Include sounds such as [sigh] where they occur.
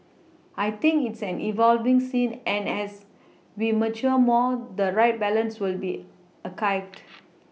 I think it's an evolving scene and as we mature more the right balance will be [unintelligible]